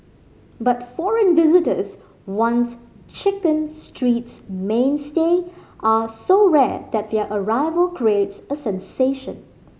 but foreign visitors once Chicken Street's mainstay are so rare that their arrival creates a sensation